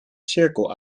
cirkel